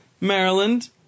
Maryland